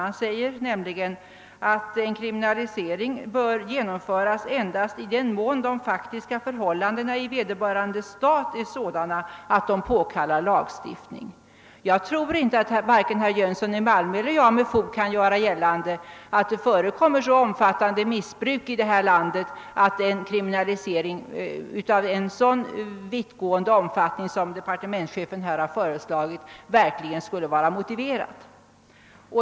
Där sägs nämligen att en kriminalisering endast bör genomföras i den mån de faktiska förhållandena i vederbörande stat är sådana att de påkallar lagstiftning. Jag tror inte att vare sig herr Jönssön i Malmö eller jag kan göra gällande att det förekommer så omfat tande missförhållanden i detta land att en kriminalisering av en så vittgående omfattning som <:departementschefen här har föreslagit verkligen skulle vara motiverad.